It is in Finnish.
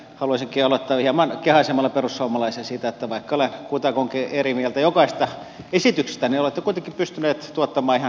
haluaisinkin aloittaa hieman kehaisemalla perussuomalaisia siitä että vaikka olen kutakuinkin eri mieltä jokaisesta esityksestänne niin olette kuitenkin pystyneet tuottamaan ihan kelvollisen vaihtoehdon